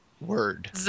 word